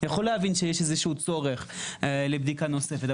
יכול להבין שיש איזשהו צורך לבדיקה נוספת.